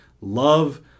Love